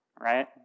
right